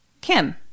Kim